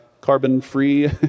carbon-free